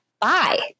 bye